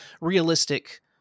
realistic